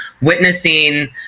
witnessing